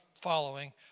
following